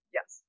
Yes